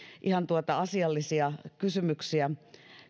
ihan asiallisia kysymyksiä